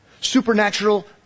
Supernatural